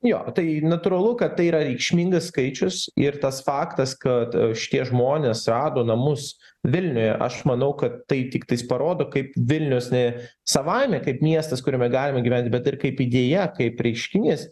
jo tai natūralu kad tai yra reikšmingas skaičius ir tas faktas kad šitie žmonės rado namus vilniuje aš manau kad tai tiktais parodo kaip vilnius ne savaime kaip miestas kuriame galime gyventi bet ir kaip idėja kaip reiškinys